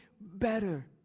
better